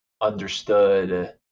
understood